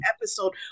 episode